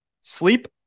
sleep